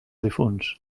difunts